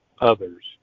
others